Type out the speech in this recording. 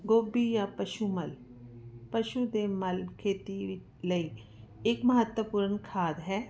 ਗੋਭੀ ਜਾਂ ਪਸ਼ੂ ਮਲ ਪਸ਼ੂ ਦੇ ਮਲ ਖੇਤੀ ਲਈ ਇਕ ਮਹੱਤਵਪੂਰਨ ਖਾਦ ਹੈ